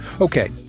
Okay